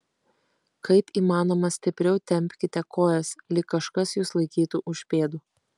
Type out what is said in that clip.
kaip įmanoma stipriau tempkite kojas lyg kažkas jus laikytų už pėdų